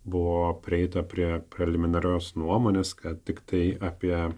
buvo prieita prie preliminarios nuomonės kad tiktai apie